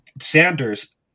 Sanders